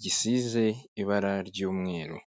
gisize ibara ry'umweru.